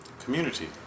Community